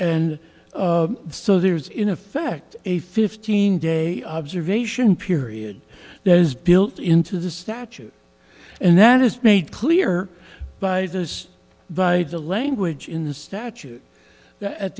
and so there is in effect a fifteen day observation period there's built into the statute and that is made clear by this by the language in the statute at